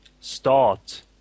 start